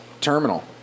Terminal